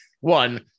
one